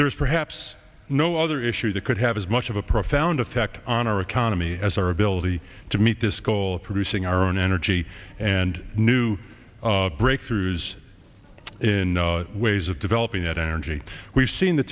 there's perhaps no other issue that could have as much of a profound effect on our economy as our ability to meet this goal of producing our own energy and new breakthroughs in ways of developing energy we've seen the